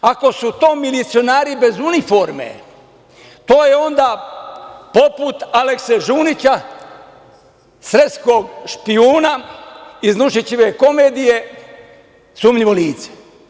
Ako su to milicionari bez uniforme, to je onda poput Alekse Žunića, sreskog špijuna iz Nušićeve komedije „Sumnjivo lice“